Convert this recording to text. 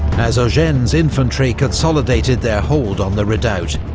as eugene's infantry consolidated their hold on the redoubt,